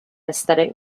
aesthetic